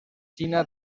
xina